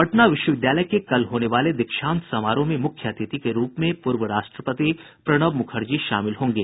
पटना विश्वविद्यालय के कल होने वाले दीक्षांत समारोह में मुख्य अतिथि के रूप में पूर्व राष्ट्रपति प्रणब मुखर्जी शामिल होंगे